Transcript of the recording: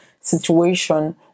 situation